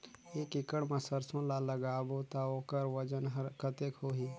एक एकड़ मा सरसो ला लगाबो ता ओकर वजन हर कते होही?